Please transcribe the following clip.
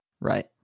Right